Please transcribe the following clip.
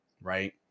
Right